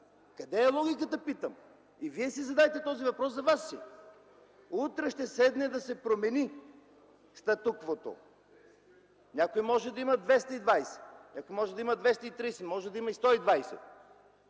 Къде е логиката, питам? И вие си задайте този въпрос за вас си. Утре ще се промени статуквото, някои може да имат 220, някои може да имат 230, може да имат 120,